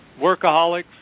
Workaholics